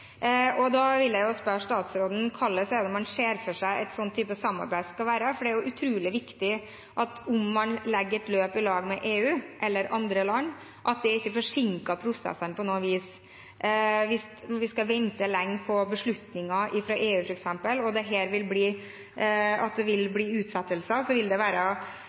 Da vil jeg spørre statsråden hvordan man ser for seg at en slik type samarbeid skal være, for det er jo utrolig viktig om man legger et løp i lag med EU eller andre land, at det ikke forsinker prosessene på noe vis. Hvis vi f.eks. skal vente lenge på beslutninger fra EU og det da vil bli utsettelser, vil det være skadelig både for fellesskapets penger og for aktørene. Kan statsråden si litt om hvordan man legger det